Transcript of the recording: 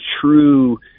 true